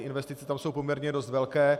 Investice jsou tam poměrně dost velké.